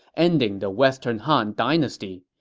ending the western han dynasty.